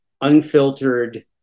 unfiltered